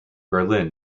berlin